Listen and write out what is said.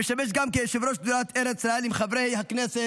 המשמש גם כיושב-ראש שדולת ארץ ישראל עם חבר הכנסת